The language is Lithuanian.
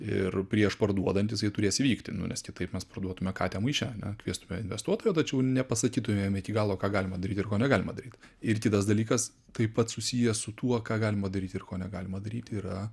ir prieš parduodant jisai turės įvykti nu nes kitaip mes parduotume katę maiše ane kviestume investuotoją tačiau nepasakytumėm iki galo ką galima daryt ir ko negalima daryt ir kitas dalykas taip pat susijęs su tuo ką galima daryt ir ko negalima daryti yra